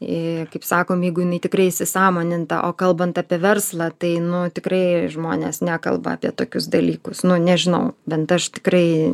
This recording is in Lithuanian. ir kaip sakom jeigu jinai tikrai įsisąmoninta o kalbant apie verslą tai nu tikrai žmonės nekalba apie tokius dalykus nu nežinau bent aš tikrai